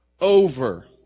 Over